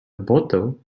bottle